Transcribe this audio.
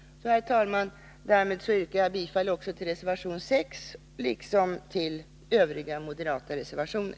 Herr talman! Därmed yrkar jag bifall också till reservation nr 6, liksom till övriga moderata reservationer.